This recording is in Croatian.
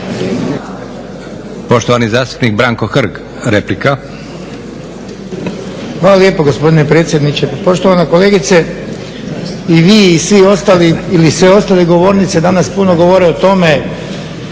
Poštovani zastupnik Branko Hrg, replika. **Hrg, Branko (HSS)** Hvala lijepo gospodine predsjedniče. Pa poštovana kolegice i vi i svi ostali ili sve ostale govornice danas puno govore o tome